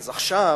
אז עכשיו,